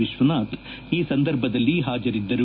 ವಿಶ್ವನಾಥ್ ಈ ಸಂದರ್ಭದಲ್ಲಿ ಹಾಜರಿದ್ದರು